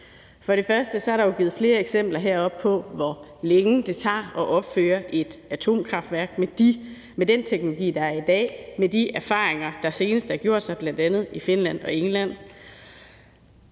forkert. Der er blevet givet flere eksempler på, hvor længe det tager at opføre et atomkraftværk med den teknologi, der er i dag, og med de erfaringer, der senest er gjort i bl.a. Finland og England.